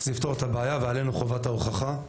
זה יפתור את הבעיה ועלינו חובת ההוכחה.